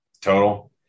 Total